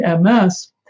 MS